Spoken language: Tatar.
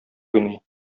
уйный